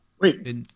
Wait